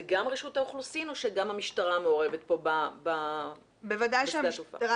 זה גם רשות האוכלוסין או שגם המשטרה מעורבת פה בשדה התעופה?